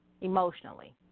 emotionally